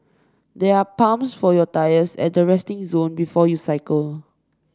there are pumps for your tyres at the resting zone before you cycle